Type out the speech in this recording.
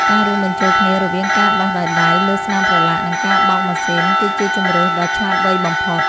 ការរួមបញ្ចូលគ្នារវាងការដុសដោយដៃលើស្នាមប្រឡាក់ និងការបោកម៉ាស៊ីន គឺជាជម្រើសដ៏ឆ្លាតវៃបំផុត។